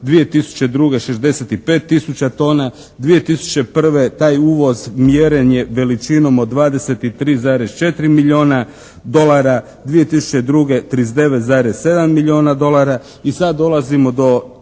2002. 65 tisuća tona, 2001. taj uvoz mjeren je veličinom od 23,4 milijuna dolara, 2002. 39,7 milijuna dolara. I sad dolazimo do